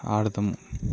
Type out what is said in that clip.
ఆడతాం